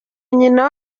nyina